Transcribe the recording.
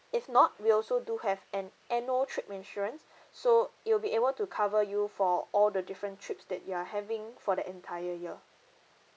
if not we also do have an annual trip insurance so it will be able to cover you for all the different trips that you are having for the entire year